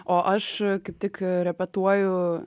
o aš kaip tik repetuoju